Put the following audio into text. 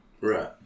right